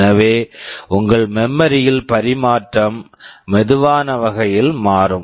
எனவே உங்கள் memory memory யில் பரிமாற்றம் மெதுவான வகையில் மாறும்